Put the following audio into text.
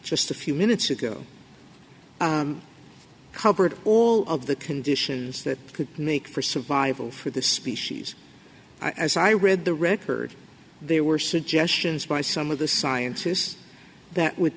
just a few minutes ago covered all of the conditions that could make for survival for the species as i read the record there were suggestions by some of the scientists that with